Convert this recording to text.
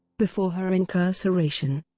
before her incarceration,